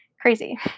crazy